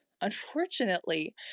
Unfortunately